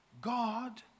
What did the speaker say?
God